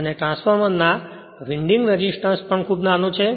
અને ટ્રાન્સફોર્મર ના winding resistance પણ ખૂબ નાનો છે